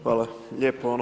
Hvala lijepo.